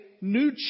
new